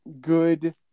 good